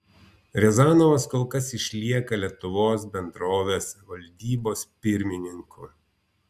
riazanovas kol kas išlieka lietuvos bendrovės valdybos pirmininku